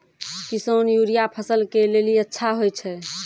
किसान यूरिया फसल के लेली अच्छा होय छै?